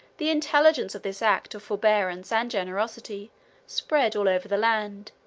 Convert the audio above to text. the intelligence of this act of forbearance and generosity spread all over the land,